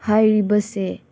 ꯍꯥꯏꯔꯤꯕꯁꯦ